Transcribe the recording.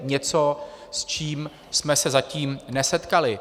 Něco, s čím jsme se zatím nesetkali.